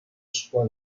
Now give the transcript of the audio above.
sua